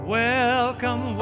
welcome